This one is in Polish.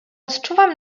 odczuwam